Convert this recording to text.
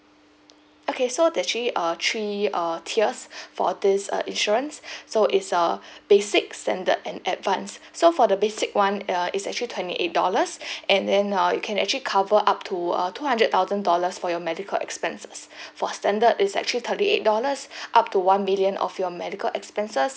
okay so that actually uh three uh tiers for this uh insurance so it's uh basics and the an advanced so for the basic [one] uh it's actually twenty eight dollars and then uh you can actually cover up to uh two hundred thousand dollars for your medical expenses for standard it's actually thirty eight dollars up to one million of your medical expenses